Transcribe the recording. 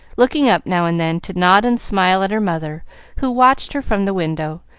looking up now and then to nod and smile at her mother who watched her from the window,